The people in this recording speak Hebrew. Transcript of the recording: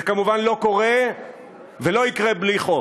זה כמובן לא קורה ולא יקרה בלי חוק.